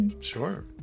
Sure